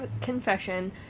confession